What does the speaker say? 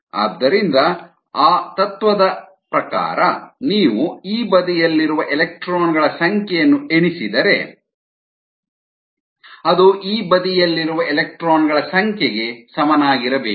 ಆದ್ದರಿಂದ ಆ ತತ್ತ್ವದ ಪ್ರಕಾರ ನೀವು ಈ ಬದಿಯಲ್ಲಿರುವ ಎಲೆಕ್ಟ್ರಾನ್ ಗಳ ಸಂಖ್ಯೆಯನ್ನು ಎಣಿಸಿದರೆ ಅದು ಈ ಬದಿಯಲ್ಲಿರುವ ಎಲೆಕ್ಟ್ರಾನ್ ಗಳ ಸಂಖ್ಯೆಗೆ ಸಮನಾಗಿರಬೇಕು